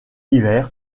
hiver